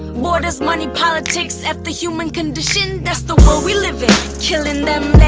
borders, money, politics. eff the human condition. that's the world we live in. killing them,